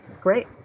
Great